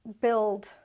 build